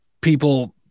people